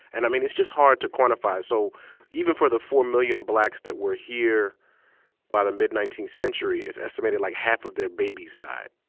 and i mean, it's just hard to quantify. so even for the four million blacks that were here by the mid nineteenth century, it's estimated like half of their babies died.